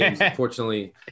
Unfortunately